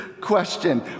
question